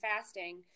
fasting